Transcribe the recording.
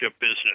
business